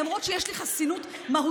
למרות שיש לי חסינות מהותית,